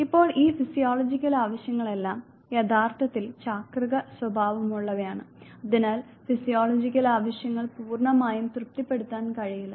ഇപ്പോൾ ഈ ഫിസിയോളജിക്കൽ ആവശ്യങ്ങളെല്ലാം യഥാർത്ഥത്തിൽ ചാക്രിക സ്വഭാവമുള്ളവയാണ് അതിനാൽ ഫിസിയോളജിക്കൽ ആവശ്യങ്ങൾ പൂർണ്ണമായും തൃപ്തിപ്പെടുത്താൻ കഴിയില്ല